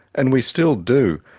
and we still do,